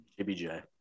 JBJ